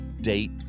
date